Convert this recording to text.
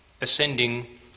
ascending